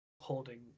holding